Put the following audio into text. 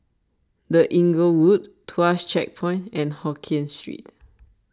the Inglewood Tuas Checkpoint and Hokien Street